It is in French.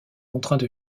contraints